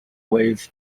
ways